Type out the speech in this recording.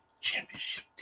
championship